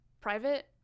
private